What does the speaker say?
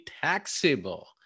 taxable